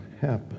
happen